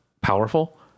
powerful